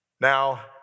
Now